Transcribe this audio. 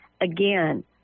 Again